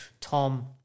Tom